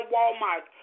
Walmart